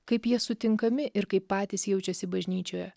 kaip jie sutinkami ir kaip patys jaučiasi bažnyčioje